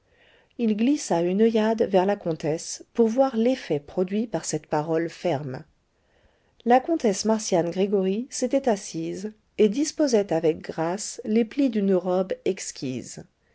il glissa une oeillade vers la comtesse pour voir l'effet produit par cette parole ferme la comtesse marcian gregoryi s'était assise et disposait avec grâces les plis d'une robe exquise